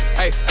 Hey